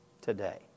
today